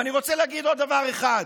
ואני רוצה להגיד לו דבר אחד: